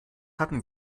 hatten